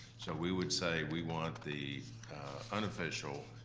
so we would say we want the unofficial,